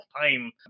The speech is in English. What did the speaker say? time